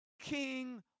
king